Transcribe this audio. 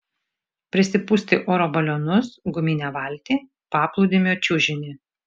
prisipūsti oro balionus guminę valtį paplūdimio čiužinį